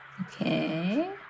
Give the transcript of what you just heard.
Okay